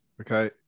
okay